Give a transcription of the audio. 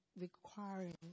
requiring